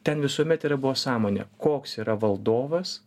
ten visuomet yra buvo sąmonė koks yra valdovas